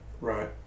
right